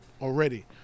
already